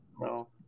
No